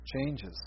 changes